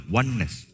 oneness